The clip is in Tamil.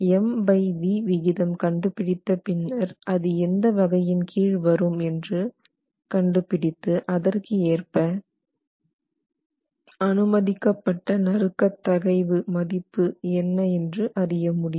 MVd விகிதம் கண்டுபிடித்த பின்னர் அது எந்த வகையின் கீழ் வரும் என்று கண்டுபிடித்து அதற்கு ஏற்ப அனுமதிக்கப்பட்ட நறுக்கத் தகைவு Fv மதிப்பு என்ன என்று அறிய முடியும்